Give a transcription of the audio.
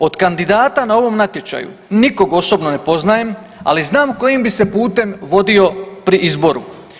Od kandidata na ovom natječaju nikog osobno ne poznajem, ali znam kojim bi se putem vodio pri izboru.